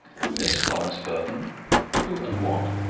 who is florence burton who and what?